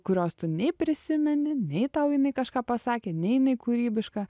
kurios tu nei prisimeni nei tau jinai kažką pasakė nei jinai kūrybiška